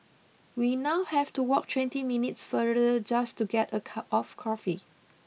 we now have to walk twenty minutes farther just to get a cup of coffee